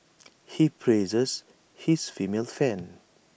he praises his female fans